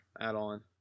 add-on